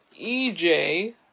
EJ